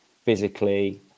Physically